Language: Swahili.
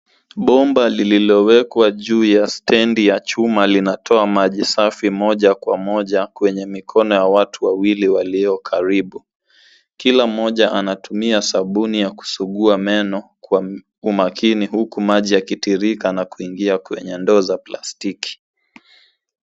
Bomba lililowekwa juu ya stendi ya chuma linatoa maji safi moja kwa moja kwenye mikono ya watu wawili walio karibu. Kila mmoja anatumia sabuni ya kusugua meno kwa umakini huku maji yakitirika na kuingia kwenye ndoa za plastiki.